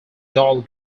doll